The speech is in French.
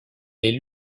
est